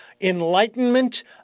enlightenment